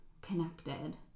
connected